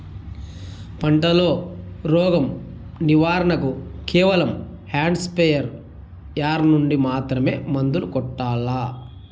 పంట లో, రోగం నివారణ కు కేవలం హ్యాండ్ స్ప్రేయార్ యార్ నుండి మాత్రమే మందులు కొట్టల్లా?